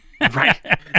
right